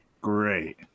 great